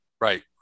Right